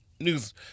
news